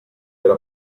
era